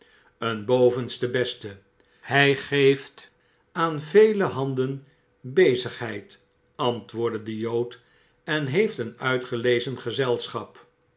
een bovenste beste hij geeft aan vele handen bezigheid antwoordde de jood en heeft een uitgelezen gezelschap